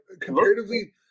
Comparatively